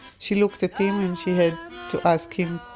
she looked at him and she had to ask him,